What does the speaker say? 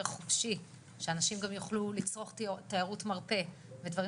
חופשי שאנשים גם יוכלו לצרוך תיירות מרפא ודברים